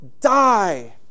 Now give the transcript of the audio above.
die